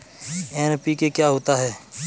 NPK क्या होता है?